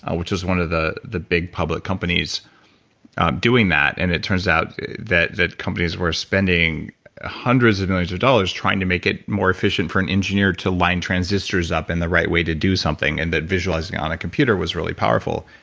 ah which is one of the the big public companies doing that and it turns out that that companies were spending hundreds of millions of dollars trying to make it more efficient for an engineer to line transistors and the right way to do something, and the visualized on a computer was really powerful.